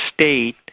state